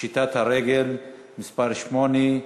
פשיטת הרגל (מס' 8)